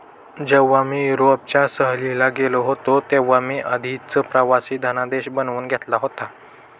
जेव्हा मी युरोपच्या सहलीला गेलो होतो तेव्हा मी आधीच प्रवासी धनादेश बनवून घेतला होता